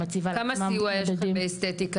היא מציבה לעצמה --- כמה סיוע יש לכם באסתטיקה?